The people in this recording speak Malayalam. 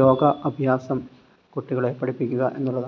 യോഗ അഭ്യസം കുട്ടികളെ പഠിപ്പിക്കുക എന്നുള്ളതാണ്